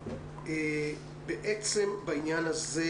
בעצם בעניין הזה,